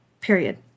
Period